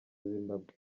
zimbabwe